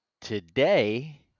today